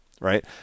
right